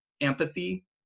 empathy